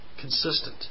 consistent